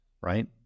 right